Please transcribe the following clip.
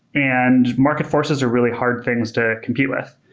and market forces are really hard things to compete with.